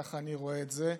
ככה אני רואה את זה,